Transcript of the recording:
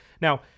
Now